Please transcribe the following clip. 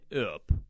up